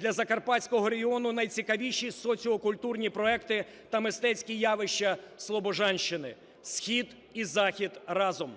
для Закарпатського регіону найцікавіші соціокультурні проекти та мистецькі явища Слобожанщини. Схід і захід разом!